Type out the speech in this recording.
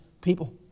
people